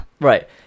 Right